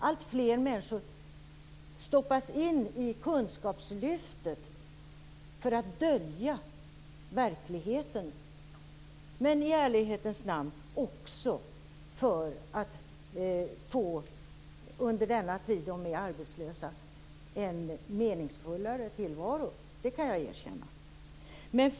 Alltfler människor stoppas in i kunskapslyftet för att man därigenom skall dölja verkligheten, men i ärlighetens namn också för att dessa människor under den tid som de är arbetslösa skall få en meningsfullare tillvaro. Det kan jag erkänna.